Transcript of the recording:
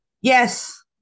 Yes